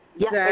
Yes